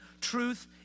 truth